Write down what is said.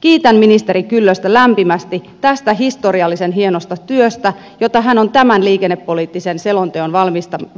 kiitän ministeri kyllöstä lämpimästi tästä historiallisen hienosta työstä jota hän on tämän liikennepoliittisen selonteon